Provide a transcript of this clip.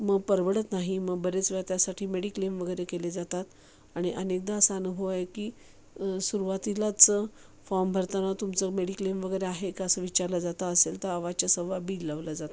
मग परवडत नाही मग बराच वेळ त्यासाठी मेडिक्लेम वगैरे केले जातात आणि अनेकदा असा अनुभव आहे की सुरवातीलाच फॉर्म भरताना तुमचं मेडिक्लेम वगैरे आहे का असं विचारलं जातं असेल तर अव्वाच्या सव्वा बिल लावलं जातं